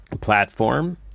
Platform